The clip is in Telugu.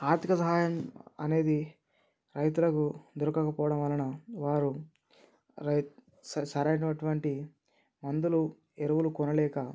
ఆర్థిక సహాయం అనేది రైతులకు దొరకకపోవడం వలన వారు రైతు సరైనటువంటి మందులు ఎరువులు కొనలేక